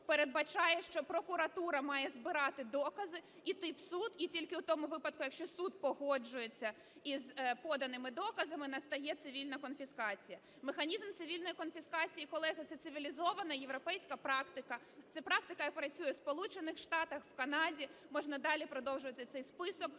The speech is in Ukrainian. передбачає, що прокуратура має збирати докази йти в суд, і тільки в тому випадку, якщо суд погоджується із поданими доказами, настає цивільна конфіскація. Механізм цивільної конфіскації, колеги, це цивілізована європейська практика, це практика, яка працює в Сполучених Штатах, в Канаді, можна далі продовжувати цей список,